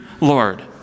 Lord